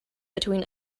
between